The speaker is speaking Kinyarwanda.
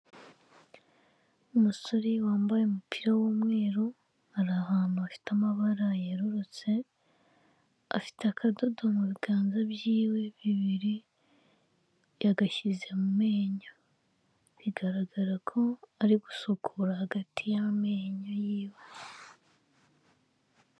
Umusore wambaye umupira w'umweru, ari ahantu hafite amabara yerurutse, afite akadodo mu biganza byiwe bibiri, yagashyize mu menyo, bigaragara ko ari gusukura hagati y'amenyo yiwe.